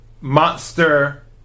monster